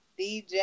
DJ